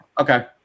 Okay